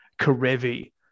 Karevi